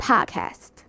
Podcast